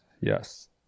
yes